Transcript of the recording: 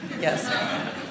yes